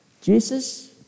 Jesus